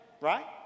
right